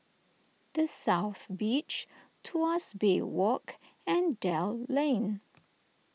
the South Beach Tuas Bay Walk and Dell Lane